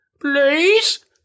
Please